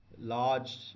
large